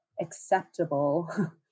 acceptable